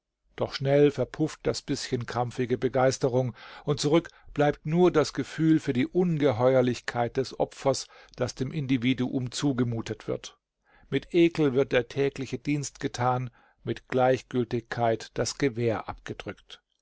doch schnell verpufft das bißchen krampfige begeisterung und zurück bleibt nur das gefühl für die ungeheuerlichkeit des opfers das dem individuum zugemutet wird mit ekel wird der tägliche dienst getan mit gleichgültigkeit das gewehr abgedrückt